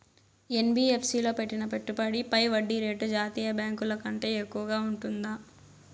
NBFC లో పెట్టిన పెట్టుబడి పై వడ్డీ రేటు జాతీయ బ్యాంకు ల కంటే ఎక్కువగా ఉంటుందా?